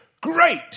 Great